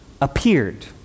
appeared